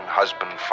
husband